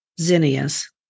zinnias